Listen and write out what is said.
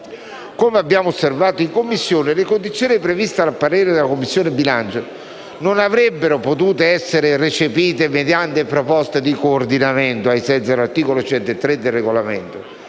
come abbiamo osservato in Commissione, le condizioni previste dal parere della Commissione bilancio non avrebbero potuto essere recepite mediante proposte di coordinamento ai sensi dell'articolo 103 del Regolamento,